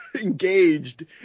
engaged